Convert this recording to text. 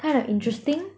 kinda interesting